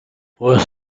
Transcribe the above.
rows